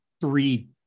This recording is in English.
Three